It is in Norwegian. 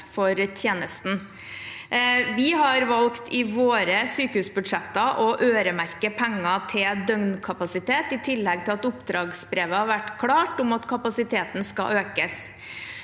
har vi valgt å øremerke penger til døgnkapasitet, i tillegg til at oppdragsbrevet har vært klart om at kapasiteten skal økes.